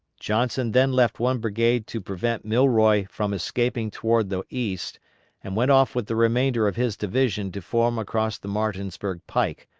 johnson then left one brigade to prevent milroy from escaping toward the east and went off with the remainder of his division to form across the martinsburg pike,